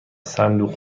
صندوق